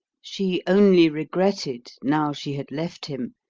she only regretted, now she had left him,